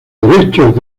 derechos